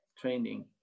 training